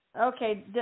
Okay